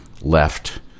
left